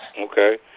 Okay